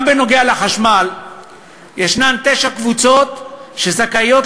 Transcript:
גם בנוגע לחשמל ישנן תשע קבוצות שזכאיות